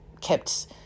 kept